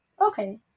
okay